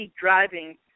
driving